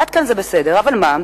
עד כאן זה בסדר, אבל מה?